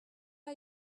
are